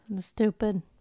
Stupid